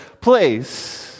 place